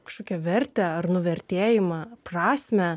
kažkokią vertę ar nuvertėjimą prasmę